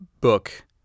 book